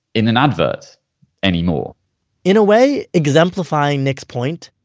in an advert anymore in a way exemplifying nick's point,